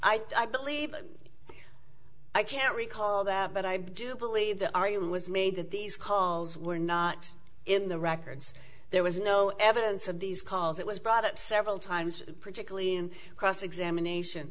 i i believe i'm i can't recall that but i do believe the argument was made that these calls were not in the records there was no evidence of these calls it was brought up several times particularly in cross examination